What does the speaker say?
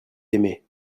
aimée